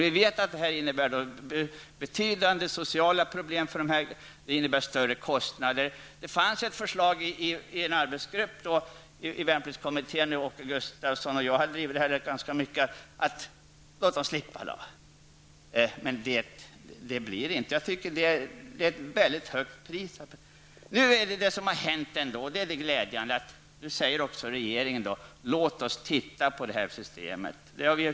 Vi vet att det innebär betydande sociala problem för dem, och det innebär större kostnader. Det fanns ett förslag i en arbetsgrupp i värnpliktskommittén, där Åke Gustavsson och jag drivit det här ganska mycket, att låta dem slippa. Men så blir det inte. Jag tycker att det är ett högt pris att betala för en princip. Det som nu har hänt -- det är glädjande -- är att regeringen nu också säger: Låt oss se över det här systemet!